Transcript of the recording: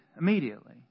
immediately